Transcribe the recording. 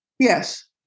Yes